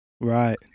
Right